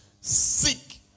Seek